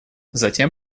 затем